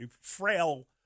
frail